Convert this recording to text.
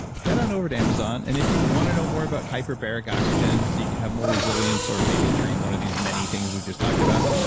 head on over to amazon, and if you want to know more about hyperbaric oxygen, so you can have more resilience or maybe treat one of these many things we've just talked about,